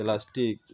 plastic